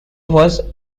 was